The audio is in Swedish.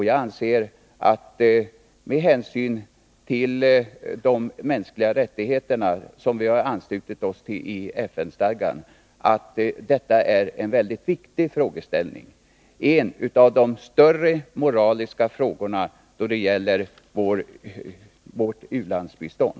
Jag anser att med hänsyn till FN-stadgans deklaration om de mänskliga rättigheterna, som vi har anslutit oss till, är detta en mycket viktig frågeställning — en av de större moraliska frågorna då det gäller vårt u-landsbistånd.